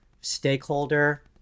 stakeholder